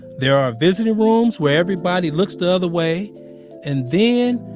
there are visiting rooms where everybody looks the other way and then,